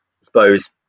suppose